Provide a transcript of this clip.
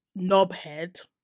knobhead